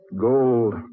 gold